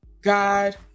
God